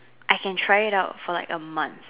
I can try it out for like a month